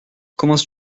commences